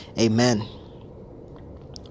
amen